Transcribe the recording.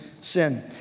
sin